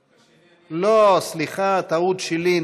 לא, סליחה, טעות שלי.